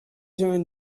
during